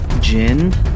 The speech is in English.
Jin